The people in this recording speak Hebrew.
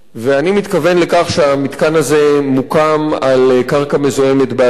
אני מתכוון לכך שהמתקן הזה מוקם על קרקע מזוהמת באזבסט.